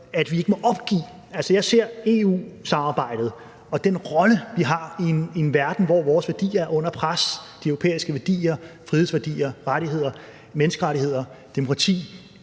at vi ikke må opgive. Altså, jeg ser EU-samarbejdet og den rolle, vi har i en verden, hvor vores værdier er under pres – de europæiske værdier: frihedsværdier, rettigheder, menneskerettigheder, demokrati